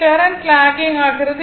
எனவே current locking ஆகிறது